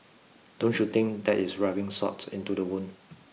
don't you think that is rubbing salt into the wound